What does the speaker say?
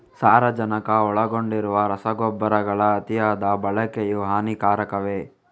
ಸಾರಜನಕ ಒಳಗೊಂಡಿರುವ ರಸಗೊಬ್ಬರಗಳ ಅತಿಯಾದ ಬಳಕೆಯು ಹಾನಿಕಾರಕವೇ?